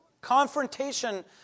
confrontation